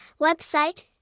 Website